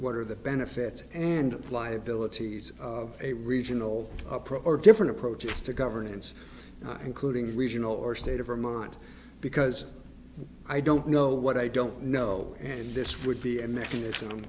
what are the benefits and liabilities of a regional approach or different approaches to governance including regional or state of vermont because i don't know what i don't know and this would be a mechanism